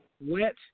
Wet